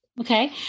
Okay